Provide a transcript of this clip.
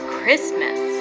Christmas